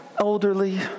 elderly